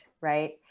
right